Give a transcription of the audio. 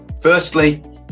Firstly